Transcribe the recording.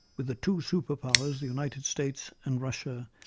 with the two superpowers, the united states and russia,